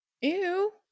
Ew